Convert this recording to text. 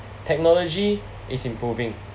technology is improving